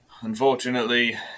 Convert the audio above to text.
unfortunately